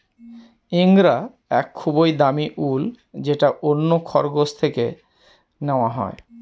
ইঙ্গরা এক খুবই দামি উল যেটা অন্য খরগোশ থেকে নেওয়া হয়